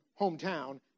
hometown